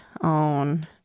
on